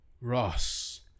Ross